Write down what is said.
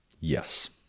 Yes